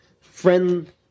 friend